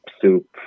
soup